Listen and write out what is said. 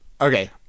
Okay